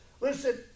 Listen